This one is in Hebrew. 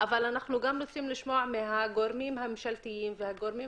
אבל אנחנו גם רוצים לשמוע מהגורמים הממשלתיים והגורמים